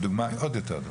הוא עוד יותר דוגמה,